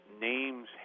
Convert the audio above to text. names